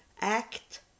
act